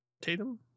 Tatum